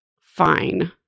Fine